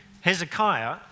Hezekiah